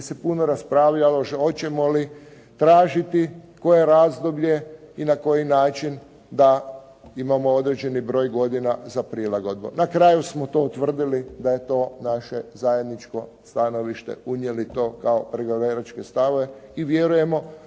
se puno raspravljalo hoćemo li tražiti koje razdoblje i na koji način da imamo određeni broj godina za prilagodbu. Na kraju smo to utvrdili da je to naše zajedničko stanovište, unijeli to kao pregovaračke stavove. I vjerujemo